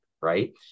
right